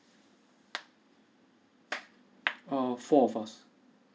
err four of us